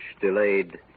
delayed